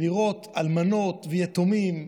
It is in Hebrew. ולראות אלמנות ויתומים,